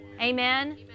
Amen